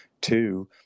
Two